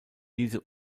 diese